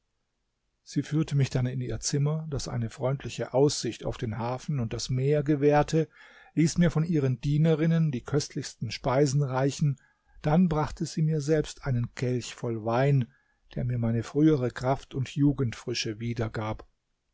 sie führte mich dann in ihr zimmer das eine freundliche aussicht auf den hafen und das meer gewährte ließ mir von ihren dienerinnen die köstlichsten speisen reichen dann brachte sie mir selbst einen kelch voll wein der mir meine frühere kraft und jugendfrische wieder